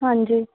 ਹਾਂਜੀ